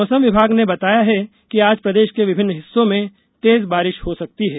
मौसम विभाग ने बताया आज प्रदेश के विभिन्न हिस्सों में तेज बारिश हो सकती है